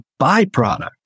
byproduct